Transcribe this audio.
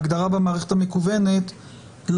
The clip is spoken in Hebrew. האם בחוק או בתקנות יש את ההגדרה הזאת כך שלא